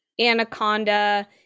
anaconda